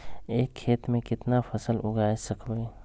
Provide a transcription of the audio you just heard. एक खेत मे केतना फसल उगाय सकबै?